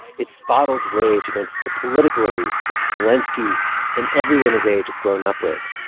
it's bottled rage against the political elites that zelenskiy and everyone his age had grown up with.